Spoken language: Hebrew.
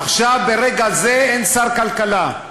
עכשיו, ברגע זה אין שר כלכלה.